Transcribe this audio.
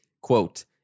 quote